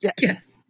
Yes